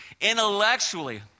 Intellectually